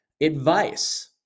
advice